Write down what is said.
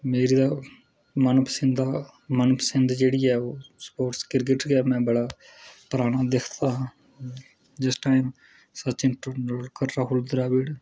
मेरे तां मनपसंदा मनपसंद जेह्ड़ी ऐ ओह् स्पोर्ट्स क्रिकेट गै में बड़ा पराना दिक्खदा होंदा हा जिस टाइम सचिन तेंडुलकर राहुल द्रविड